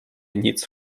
nic